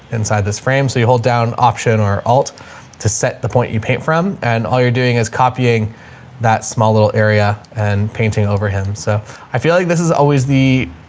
inside this frame. so you hold down option or alt to set the point you paint from and all you're doing is copying that small little area and painting over him. so i feel like this is always the,